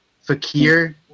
Fakir